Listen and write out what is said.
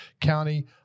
County